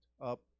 up